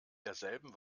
derselben